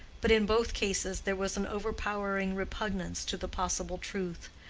but in both cases there was an overpowering repugnance to the possible truth,